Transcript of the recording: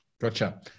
Gotcha